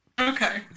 Okay